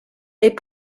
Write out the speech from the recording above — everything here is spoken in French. est